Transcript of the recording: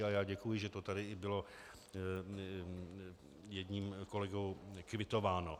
A děkuji, že to tady bylo i jedním kolegou kvitováno.